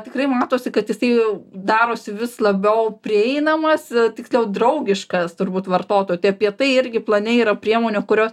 tikrai matosi kad jisai jau darosi vis labiau prieinamas tiksliau draugiškas turbūt vartotojui tai apie tai irgi plane yra priemonių kurios